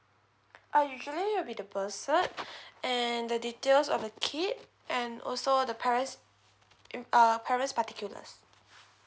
ah usually will be the birth cert and the details of the kid and also the parents uh parents' particulars